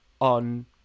on